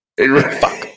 Fuck